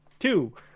Two